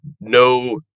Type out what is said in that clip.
no